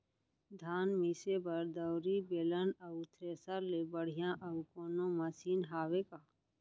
धान मिसे बर दउरी, बेलन अऊ थ्रेसर ले बढ़िया अऊ कोनो मशीन हावे का?